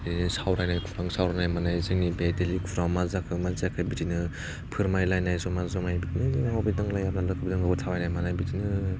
बिदि सावरानाय खुरां सावरायनाय मानाय जोंनि बे दैलि खुराङाव मा जाखो मा जायाखै बिदिनो फोरमायलानाय ज'मा जमायै बिदिनो थाबायनाय मानाय बिदिनो बिदिनो